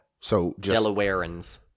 Delawareans